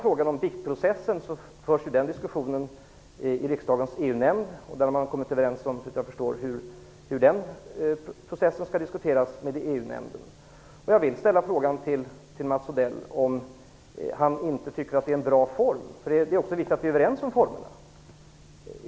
Diskussionen om biktprocessen förs i riksdagens EU-nämnd, och man har där också såvitt jag förstår kommit överens om hur den skall föras. Jag vill till Mats Odell ställa frågan om han inte tycker att det är en bra form. Det är också viktigt att vi är överens om formerna.